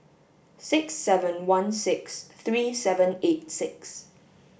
six seven one six three seven eight six